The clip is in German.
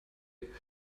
pkw